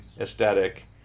aesthetic